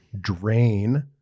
drain